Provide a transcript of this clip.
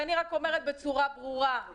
ואני רק אומרת בצורה ברורה: אכן,